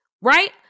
right